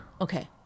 Okay